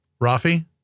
Rafi